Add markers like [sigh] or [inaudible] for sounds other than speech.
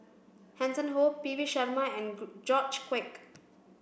Hanson Ho P V Sharma and [unintelligible] George Quek